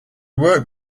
worked